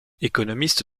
économiste